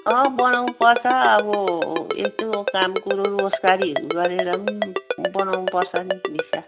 अँ बनाउनुपर्छ अब यसो काम कुरोहरू रोजगारीहरू गरेर पनि बनाउनुपर्छ नि भिसा